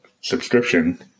subscription